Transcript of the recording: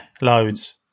loads